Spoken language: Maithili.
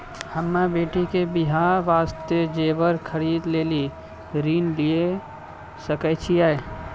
हम्मे बेटी के बियाह वास्ते जेबर खरीदे लेली ऋण लिये सकय छियै?